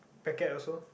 packet also